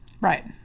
right